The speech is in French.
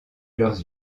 leurs